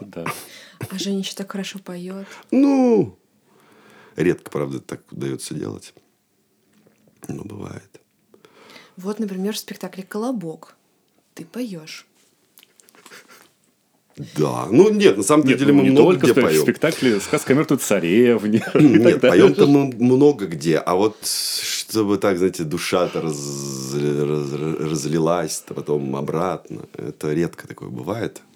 Да. А Женя ещё так хорошо поёт. Ну, редко, правда, так удаётся делать. Но бывает. Вот, например, в спектакле «Колобок» ты поёшь. Да. Ну, нет, на самом-то Нет, деле ну, мы не много только где в поём. спектакле «Сказка о мёртвой царевне» и так Нет, поём-то далее. мы много где. А вот, чтобы так, знаете, душа-то раз- раз- раз- разлилась-то потом обратно, это редко такое бывает.